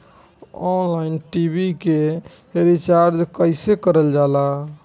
Online TV के recharge कईसे करल जाला?